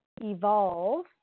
evolve